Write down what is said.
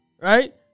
right